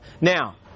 Now